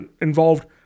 involved